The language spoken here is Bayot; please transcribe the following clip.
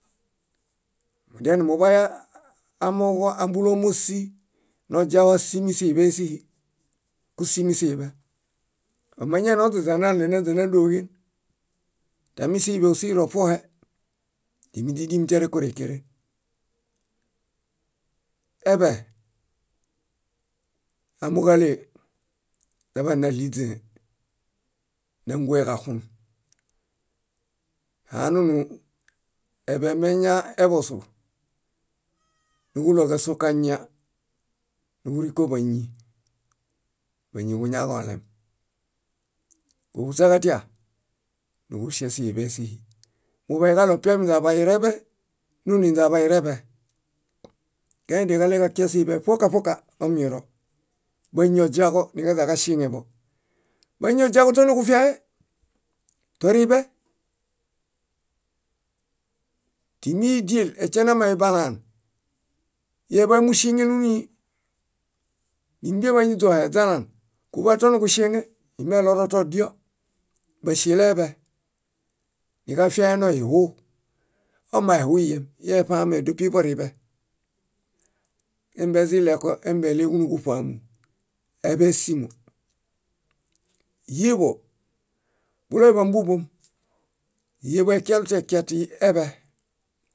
. Mudialenuḃay amooġo ámbulomiosi noźiaġo ásimi siḃe síhi, kúsimi siḃe. Omañainioźaźa náźanadoġen tamisiḃe ósiro ṗuohe, tímiźimitera kórekeren. Eḃe, amooġo álee naḃane náɭiźẽe, nángueġaxun. Haanunu eḃe meñaeḃosu, nuġuɭo kósokañia, nuġurĩko báñi, báñiġuñakolem. Kóhuśaġatia, nuġuŝesiḃe síhi. Muḃayuġaɭo piaḃinźe aḃayureḃe, noninźe aḃayureḃe. Kañadianiġaɭeġakia siḃe ṗoka ṗoka omiro, báñi oźiaġo niġaźaġaŝieŋeḃo. Báñi oźiaġo tóo niġufie, toriḃe. Tímiidie eśenamay, balaan íeḃamuŝieñelunii. Nímbiebañi źohe, źalã kuḃatoniġuŝieŋe, imeɭoro todio: báŝeleeḃe. Niġafianoihu, omaehuiyem, ieṗaame dépi boriḃe, embezĩleko, émbeɭeġuniġuṗaamu: eḃe ésimo. Híeḃo, buloe bámbuombom. Híeḃo ekialutekia tii eḃe.